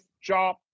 job